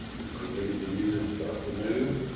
the creative muses start to move.